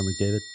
McDavid